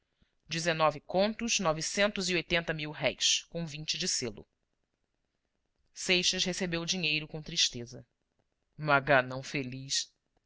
dezenove contos novecentos e oitenta mil-réis com vinte de selo seixas recebeu o dinheiro com tristeza maganão feliz